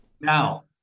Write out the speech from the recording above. Now